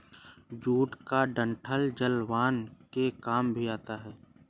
jute का डंठल जलावन के काम भी आता है